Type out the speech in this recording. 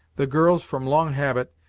the girls, from long habit,